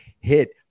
hit